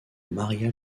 maria